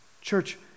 Church